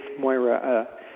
Moira